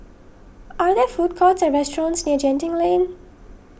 are there food courts or restaurants near Genting Lane